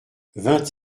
vingt